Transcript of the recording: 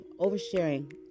oversharing